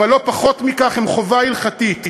אבל לא פחות מכך הם חובה הלכתית.